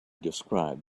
described